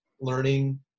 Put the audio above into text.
learning